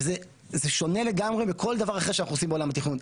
זה שונה לגמרי בכל דבר אחר שאנחנו עושים בעולם התכנון.